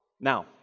Now